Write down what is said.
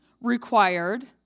required